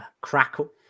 crackle